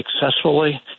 successfully